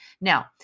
Now